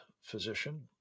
physician